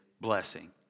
blessing